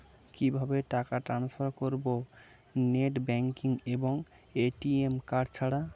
কিভাবে টাকা টান্সফার করব নেট ব্যাংকিং এবং এ.টি.এম কার্ড ছাড়া?